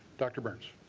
dr. burns